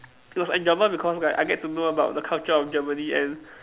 it was enjoyable because like I get to know about the culture of Germany and